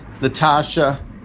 Natasha